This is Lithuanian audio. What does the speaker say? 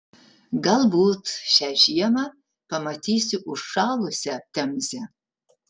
galbūt šią žiemą pamatysiu užšalusią temzę